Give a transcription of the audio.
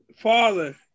Father